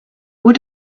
would